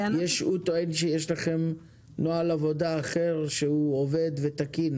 הוא טוען שיש לכם נוהל עבודה אחר שהוא עובד ותקין.